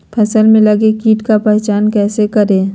फ़सल में लगे किट का पहचान कैसे करे?